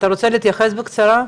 תרצה להתייחס בקצרה?